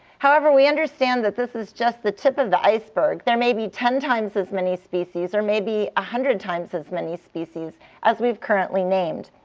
however, we understand that this is just the tip of the iceberg. there may be ten times as many species, or maybe one hundred times as many species as we've currently named.